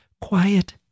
quiet